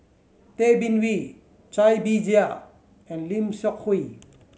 Tay Bin Wee Cai Bixia and Lim Seok Hui